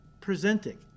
presenting